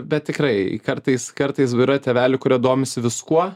bet tikrai kartais kartais yra tėvelių kurie domisi viskuo